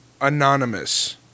Anonymous